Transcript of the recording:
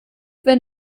wenn